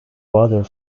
water